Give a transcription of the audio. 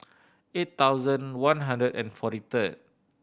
eight thousand one hundred and forty third